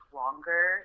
longer